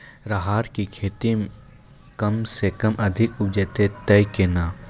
राहर की खेती कम समय मे अधिक उपजे तय केना?